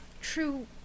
true